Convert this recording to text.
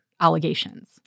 allegations